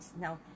Now